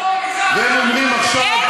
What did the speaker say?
והם אומרים עכשיו,